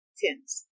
tins